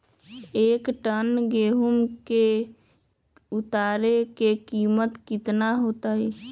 एक टन गेंहू के उतरे के कीमत कितना होतई?